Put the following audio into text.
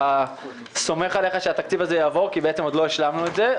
אני סומך עליך שהתקציב הזה יעבור כי עוד לא השלמנו את זה,